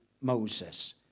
Moses